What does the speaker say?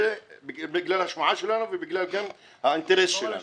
בגלל --- שלנו וגם בגלל האינטרס שלנו.